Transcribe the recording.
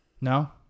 No